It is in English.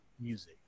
music